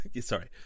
Sorry